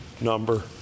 number